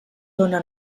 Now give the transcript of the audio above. dóna